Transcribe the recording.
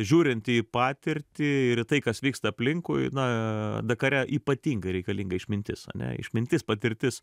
žiūrint į patirtį ir į tai kas vyksta aplinkui na dakare ypatingai reikalinga išmintis ane išmintis patirtis